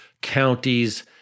counties